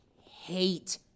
hate